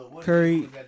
Curry